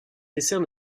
dessert